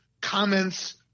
comments